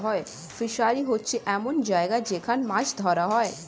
fishery হচ্ছে এমন জায়গা যেখান মাছ ধরা হয়